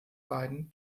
beiden